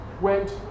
went